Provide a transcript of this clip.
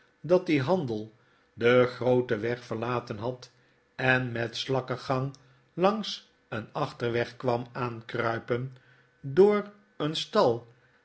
dat die handel den grooten weg verlaten had en met slakkengang langs een achterweg kwam aankruipen door jen stal